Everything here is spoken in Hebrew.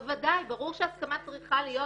בוודאי, ברור שהסכמה צריכה להיות